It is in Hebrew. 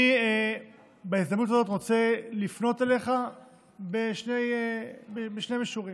בהזדמנות הזאת, אני רוצה לפנות אליך בשני מישורים: